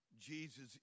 Jesus